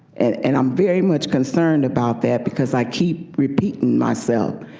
and and um very much concerned about that, because i keep repeating myself,